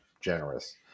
generous